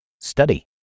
Study